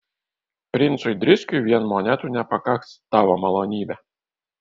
princui driskiui vien monetų nepakaks tavo malonybe